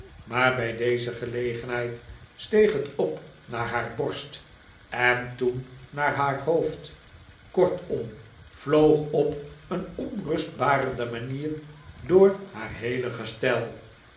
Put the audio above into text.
maar bij deze gelegenheid steeg het op naar haar borst en toen naar haar hoofd kortom vloog op een onrustbarende manier door haar heele gestel